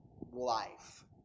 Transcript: life